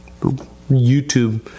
YouTube